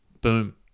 Boom